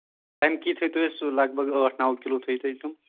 تَمکی تھٲوۍتو اَسہِ سُہ لگ بگ ٲٹھ نَو کِلوٗ تھٲیِو تۄہہِ تِم